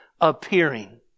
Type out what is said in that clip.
appearing